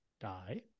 die